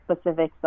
specifics